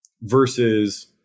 versus